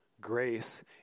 Grace